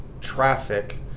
traffic